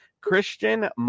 Christian